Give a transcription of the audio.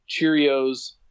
Cheerios